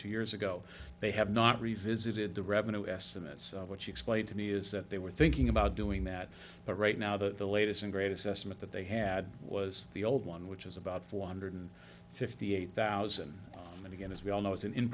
two years ago they have not revisited the revenue estimates what she explained to me is that they were thinking about doing that but right now the latest and greatest estimate that they had was the old one which is about four hundred fifty eight thousand and again as we all know it's an in